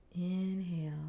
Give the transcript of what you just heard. Inhale